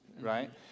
right